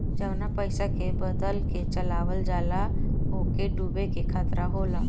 जवना पइसा के बदल के चलावल जाला ओके डूबे के खतरा होला